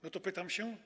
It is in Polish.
No to pytam się.